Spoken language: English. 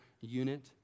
unit